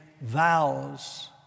vows